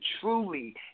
truly